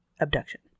abduction